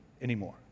anymore